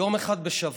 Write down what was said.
יום אחד בשבוע,